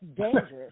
dangerous